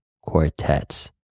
Quartets